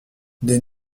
des